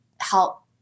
help